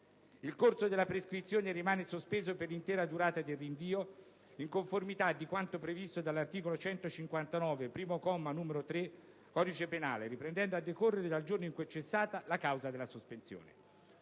Il corso della prescrizione rimane sospeso per l'intera durata del rinvio, in conformità a quanto previsto dall'articolo 159, primo comma, numero 3), del codice penale, riprendendo a decorrere dal giorno in cui è cessata la causa della sospensione.